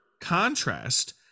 contrast